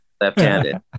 left-handed